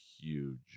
huge